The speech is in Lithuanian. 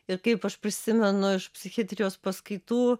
ir kaip aš prisimenu iš psichiatrijos paskaitų